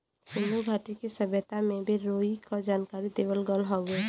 सिन्धु घाटी के सभ्यता में भी रुई क जानकारी देवल गयल हउवे